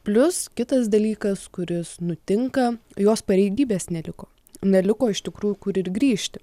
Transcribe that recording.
plius kitas dalykas kuris nutinka jos pareigybės neliko neliko iš tikrųjų kur ir grįžti